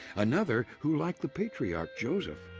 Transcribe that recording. another who, like the patriarch joseph,